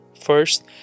first